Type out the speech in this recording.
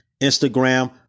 Instagram